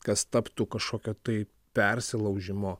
kas taptų kažkokia tai persilaužimo